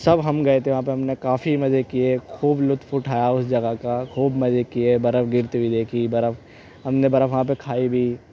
سب ہم گئے تھے وہاں پر ہم نے کافی مزے کیے خوب لطف اٹھایا اس جگہ کا خوب مزے کیے برف گرتی ہوئی دیکھی برف ہم نے برف وہاں پہ کھائی بھی